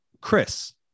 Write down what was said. Chris